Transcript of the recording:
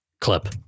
clip